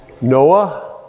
Noah